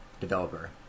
developer